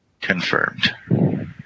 Confirmed